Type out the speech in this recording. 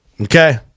okay